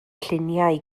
lluniau